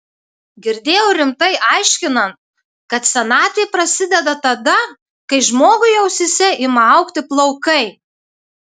girdėjau rimtai aiškinant kad senatvė prasideda tada kai žmogui ausyse ima augti plaukai